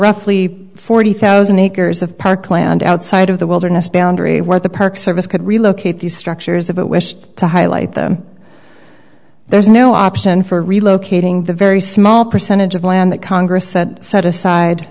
roughly forty thousand acres of parkland outside of the wilderness boundary what the park service could relocate these structures if it wished to highlight them there is no option for relocating the very small percentage of land that congress set aside